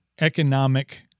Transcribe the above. economic